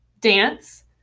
dance